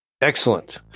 Excellent